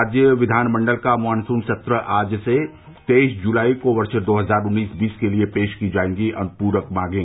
राज्य विधानमंडल का मानसून सत्र आज से तेईस जुलाई को वर्ष दो हजार उन्नीस बीस के लिये पेश की जायेंगी अनुपूरक मांगे